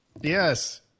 Yes